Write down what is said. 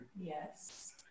Yes